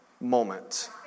moment